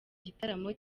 gitaramo